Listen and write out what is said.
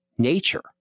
nature